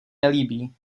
nelíbí